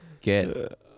get